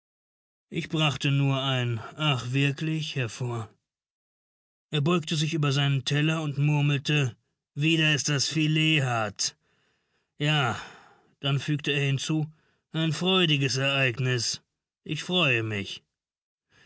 ich brachte nur ein ach wirklich hervor mein vater beugte sich über seinen teller und murmelte wieder ist das filet hart ja fügte er dann hinzu ein freudiges ereignis ich freue mich